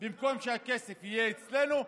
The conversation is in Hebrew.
במקום שהכסף יהיה אצלנו,